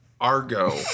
Argo